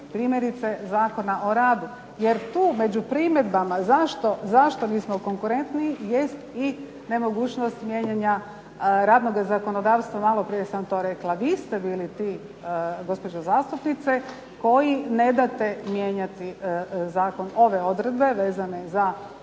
primjerice Zakona o radu. Jer tu među primjedbama zašto nismo konkurentniji jest i nemogućnost mijenjanja radnoga zakonodavstva. Malo prije sam to rekla. Vi ste bili ti gospođo zastupnice koji ne date mijenjati zakon, ove odredbe vezane za produžetak ugovora.